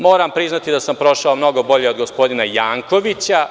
Moram priznati da sam prošao mnogo bolje od gospodina Jankovića.